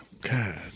God